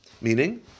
Meaning